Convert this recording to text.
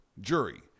jury